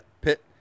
Pit